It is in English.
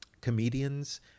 comedians